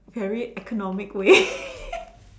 very economic way